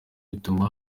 bituma